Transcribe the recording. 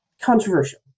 controversial